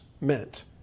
meant